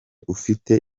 ufite